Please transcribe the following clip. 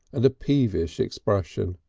and a peevish expression.